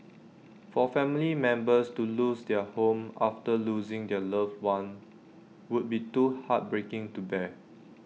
for family members to lose their home after losing their loved one would be too heartbreaking to bear